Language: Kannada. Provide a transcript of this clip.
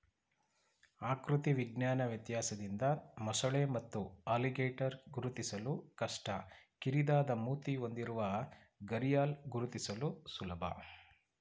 ಆಕೃತಿ ವಿಜ್ಞಾನ ವ್ಯತ್ಯಾಸದಿಂದ ಮೊಸಳೆ ಮತ್ತು ಅಲಿಗೇಟರ್ ಗುರುತಿಸಲು ಕಷ್ಟ ಕಿರಿದಾದ ಮೂತಿ ಹೊಂದಿರುವ ಘರಿಯಾಲ್ ಗುರುತಿಸಲು ಸುಲಭ